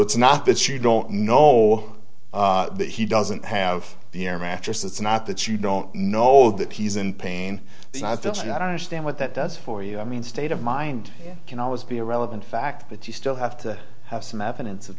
it's not that you don't know that he doesn't have the air mattress it's not that you don't know that he's in pain and i think i don't understand what that does for you i mean state of mind can always be a relevant fact but you still have to have some evidence of